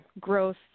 growth